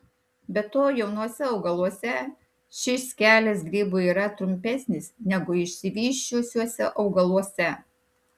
be to jaunuose augaluose šis kelias grybui yra trumpesnis negu išsivysčiusiuose augaluose